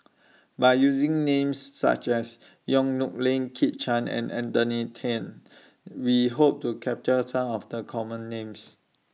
By using Names such as Yong Nyuk Lin Kit Chan and Anthony Then We Hope to capture Some of The Common Names